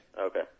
Okay